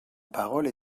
parole